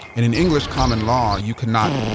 and in english common law, you cannot,